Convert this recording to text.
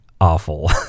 awful